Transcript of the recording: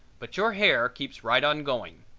but your hair keeps right on going.